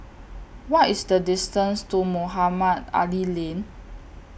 What IS The distance to Mohamed Ali Lane